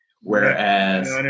Whereas